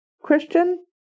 Christian